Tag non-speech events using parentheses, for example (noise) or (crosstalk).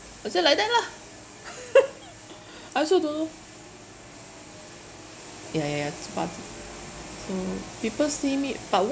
I say like that lah (laughs) I also don't know ya ya ya t~ but so people see but